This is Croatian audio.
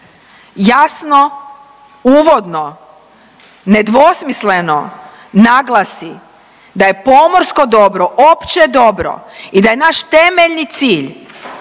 jasno uvodno, nedvosmisleno naglasi da je pomorsko dobro opće dobro i da je naš temeljni cilj